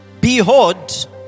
Behold